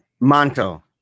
Manto